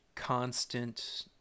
constant